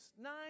nine